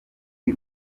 uyu